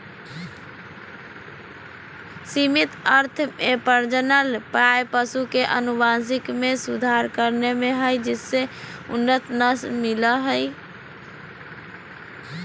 सीमित अर्थ में प्रजनन प्रायः पशु के अनुवांशिक मे सुधार करने से हई जिससे उन्नत नस्ल मिल हई